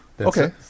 Okay